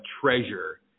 treasure